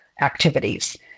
activities